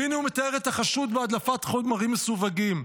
והינה הוא מתאר את החשוד בהדלפת חומרים מסווגים.